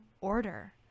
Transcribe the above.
order